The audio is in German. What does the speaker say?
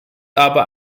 aber